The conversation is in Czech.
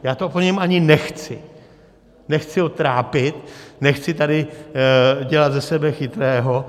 Já to po něm ani nechci, nechci ho trápit, nechci tady dělat ze sebe chytrého.